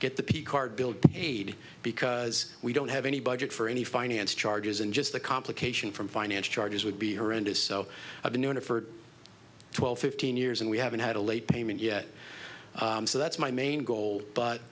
get the picart build paid because we don't have any budget for any finance charges and just the complication from finance charges would be horrendous so i've known her for twelve fifteen years and we haven't had a late payment yet so that's my main goal but